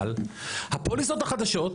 אבל הפוליסות החדשות,